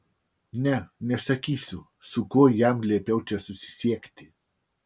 ne nesakysiu su kuo jam liepiau čia susisiekti